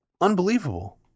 Unbelievable